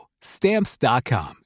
Stamps.com